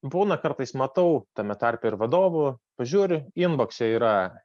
būna kartais matau tame tarpe ir vadovų pažiūri inbakse yra